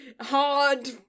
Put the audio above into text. hard